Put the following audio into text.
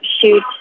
shoot